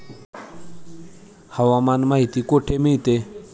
हवामान माहिती कुठे मिळते?